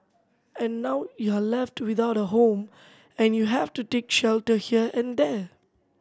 and now you're left without a home and you have to take shelter here and there